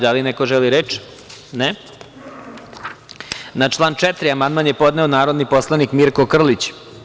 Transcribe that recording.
Da li neko želi reč? (Ne.) Na član 4. amandman je podneo narodni poslanik Mirko Krlić.